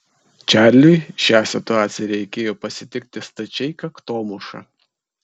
čarliui šią situaciją reikėjo pasitikti stačiai kaktomuša